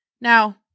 Now